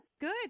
Good